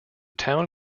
town